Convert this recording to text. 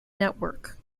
network